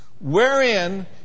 wherein